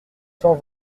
cent